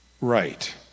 Right